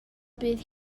bydd